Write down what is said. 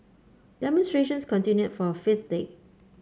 demonstrations continued for a fifth day